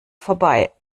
vorbei